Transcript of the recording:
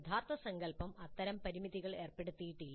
യഥാർത്ഥ സങ്കല്പം അത്തരം പരിമിതികൾ ഏർപ്പെടുത്തിയിട്ടില്ല